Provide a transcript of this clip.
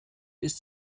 ist